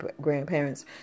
grandparents